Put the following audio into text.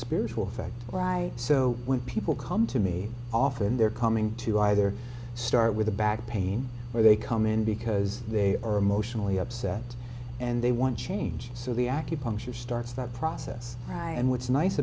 spiritual effect where i so when people come to me often they're coming to either start with a back pain or they come in because they are emotionally upset and they want change so the acupuncture starts that process and what's nice